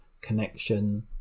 connection